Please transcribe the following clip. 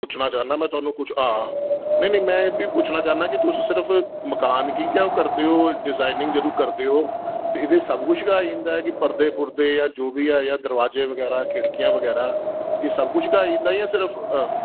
पुच्छना चाह्न्नां में थुआनू कुछ हां नेईं में एह् बी पुच्छना चाहन्ना कि तुस सिर्फ मकान गी गै ओह् करदे ओ डिजाइनिंग जदूं करदे ओ एह्दे सब कुछ गै आई जंदा ऐ कि परदे पुरदे जां जो बी ऐ जां दरवाजे बगैरा खिड़कियां बगैरा एह् सबकुछ गै आई जंदा ऐ जां सिर्फ